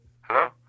Hello